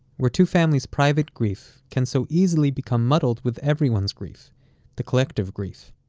where two families' private grief can so easily become muddled with everyone's grief the collective grief.